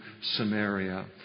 Samaria